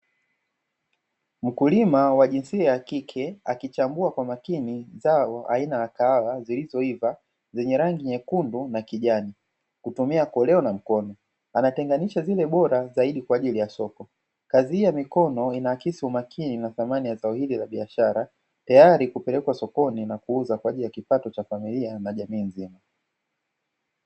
Mkulima wa jinsia ya kike akichambua kwa makini zao aina ya kahawa zilizoiva zenye rangi nyekundu na kijani kutumia koleo na mkono, anatenganisha zile bora zaidi kwa ajili ya soko. Kazi hii ya mikono inaakisi umakini na thamani ya zao hili la biashara, tayari kupelekwa sokoni na kuuza kwa ajili ya kipato cha familia na jamii nzima.